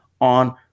on